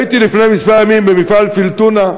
הייתי לפני כמה ימים במפעל "פיל-טונה"